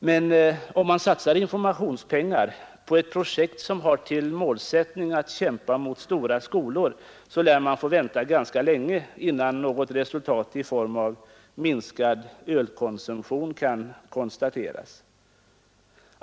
Men om man satsar informationspengar på ett projekt som har till målsättning att kämpa mot stora skolor, lär man få vänta ganska länge innan något resultat i form av minskad ölkonsumtion kan konstateras.